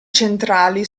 centrali